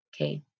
Okay